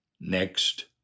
next